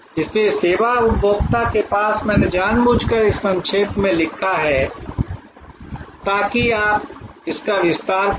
इसलिए सेवा उपभोक्ता के पास मैंने जानबूझकर इसे संक्षेप में लिखा है ताकि आप इसका विस्तार करें